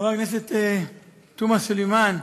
חברת הכנסת תומא סלימאן,